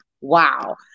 wow